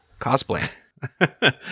cosplay